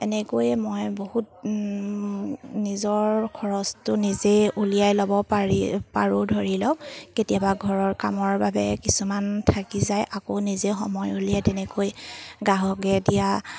এনেকৈয়ে মই বহুত নিজৰ খৰচটো নিজেই উলিয়াই ল'ব পাৰি পাৰোঁ ধৰি লওক কেতিয়াবা ঘৰৰ কামৰ বাবে কিছুমান থাকি যায় আকৌ নিজে সময় উলিয়াই তেনেকৈ গ্ৰাহকে দিয়া